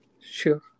Sure